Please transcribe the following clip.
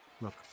Look